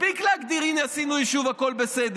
מספיק להגדיר, הינה, עשינו יישוב, הכול בסדר.